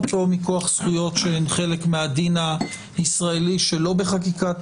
או מכוח זכויות שהן חלק מהדין הישראלי שלא בחקיקת